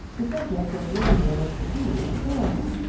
the subject of ginger was plainly a sore one.